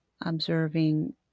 observing